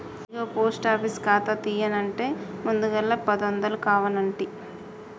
ఇగో post office ఖాతా తీయన్నంటే ముందుగల పదొందలు కావనంటి